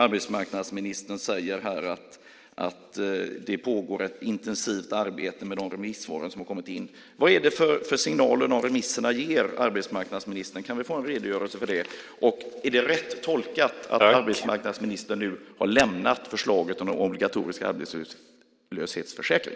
Arbetsmarknadsministern säger här att det pågår ett intensivt arbete med de remissvar som har kommit in. Vad är det för signaler som de remissvaren ger, arbetsmarknadsministern? Kan vi få en redogörelse för det? Och är det rätt tolkat att arbetsmarknadsministern nu har lämnat förslaget om en obligatorisk arbetslöshetsförsäkring?